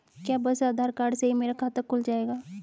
क्या बस आधार कार्ड से ही मेरा खाता खुल जाएगा?